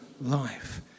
life